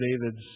David's